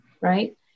Right